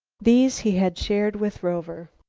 these he had shared with rover.